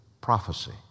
prophecy